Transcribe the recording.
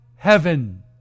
Heaven